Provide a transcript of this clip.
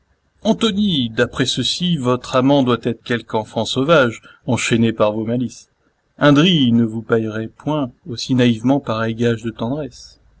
antonie d'après ceci votre amant doit être quelque enfant sauvage enchaîné par vos malices un drille ne vous baillerait point aussi naïvement pareils gages de tendresse